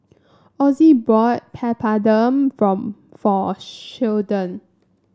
Ossie bought Papadum from for Sheldon